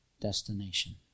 destination